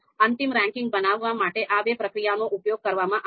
અંતિમ રેન્કિંગ બનાવવા માટે આ બે પ્રક્રિયાઓનો ઉપયોગ કરવામાં આવશે